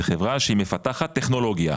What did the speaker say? זה חברה שהיא מפתחת טכנולוגיה,